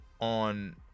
on